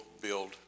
build